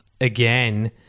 again